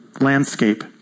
landscape